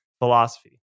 philosophy